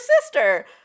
sister